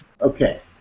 Okay